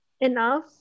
enough